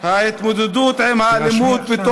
ויש אפילו, תמשיך, ארדן השקרן, תמשיך לשקר.